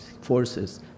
forces